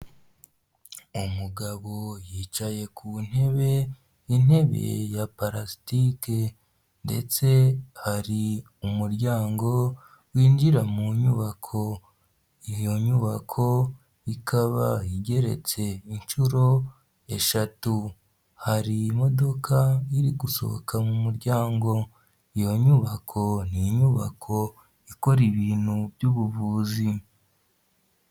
Umugabo yicaye ku ntebe, intebe ya palasitike ndetse hari umuryango winjira mu nyubako, iyo nyubako ikaba igereretse inshuro eshatu, hari imodoka iri gusohoka mu muryango, iyo nyubako ni inyubako ikora ibintu by'ubuvuzi.